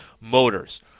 motors